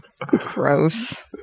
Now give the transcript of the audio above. Gross